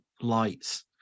lights